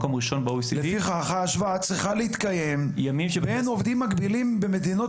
לפיכך ההשוואה צריכה להתקיים בין עובדים מקבילים במדינות